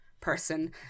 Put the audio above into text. person